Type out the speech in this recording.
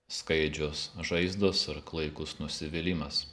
skaidžios žaizdos ar klaikus nusivylimas